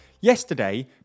yesterday